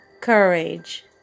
courage